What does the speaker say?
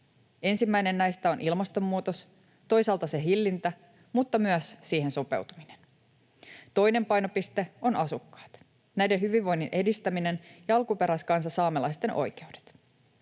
Ensimmäinen näistä on ilmastonmuutos, toisaalta sen hillintä mutta myös siihen sopeutuminen. Toinen painopiste on asukkaat, näiden hyvinvoinnin edistäminen ja alkuperäiskansa saamelaisten oikeudet.